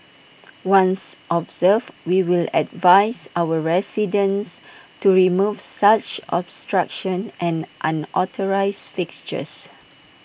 once observed we will advise our residents to remove such obstruction and unauthorised fixtures